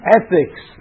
ethics